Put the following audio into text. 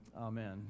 Amen